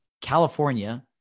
California